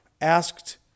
asked